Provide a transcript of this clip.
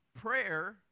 prayer